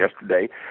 yesterday